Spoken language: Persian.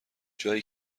جایی